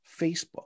Facebook